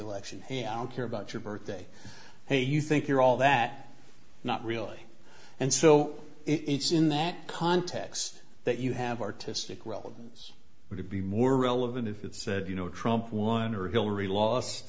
election and i don't care about your birthday hey you think you're all that not really and so it's in that context that you have artistic relevance would it be more relevant if it said you know trump won or hillary los